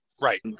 Right